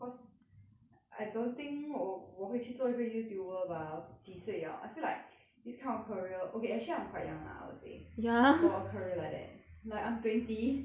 I don't think 我我会去做一个 youtuber bah 几岁了 I feel like this kind of career okay actually I'm quite young lah I would say for a career like that like I'm twenty so